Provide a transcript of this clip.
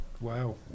Wow